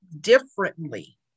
differently